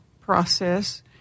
process